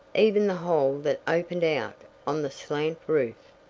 even the hole that opened out on the slant roof.